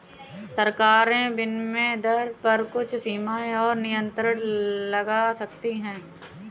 सरकारें विनिमय दर पर कुछ सीमाएँ और नियंत्रण लगा सकती हैं